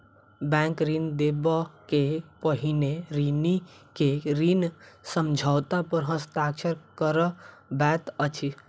bank ऋण देबअ के पहिने ऋणी के ऋण समझौता पर हस्ताक्षर करबैत अछि